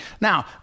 Now